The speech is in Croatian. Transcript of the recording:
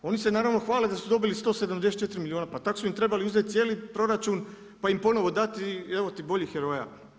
Oni se naravno hvale da su dobili 174 milijuna, pa tako su im trebali uzeti cijeli proračun pa im ponovno dati, evo ti boljih heroja.